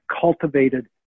cultivated